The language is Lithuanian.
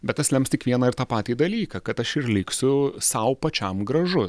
bet tas lems tik vieną ir tą patį dalyką kad aš ir liksiu sau pačiam gražus